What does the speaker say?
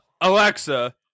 Alexa